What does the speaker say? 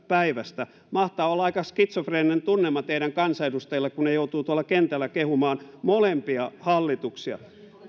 päivästä mahtaa olla aika skitsofreeninen tunnelma teidän kansanedustajillanne kun he joutuvat tuolla kentällä kehumaan molempia hallituksia